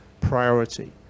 priority